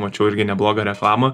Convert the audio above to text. mačiau irgi neblogą reklamą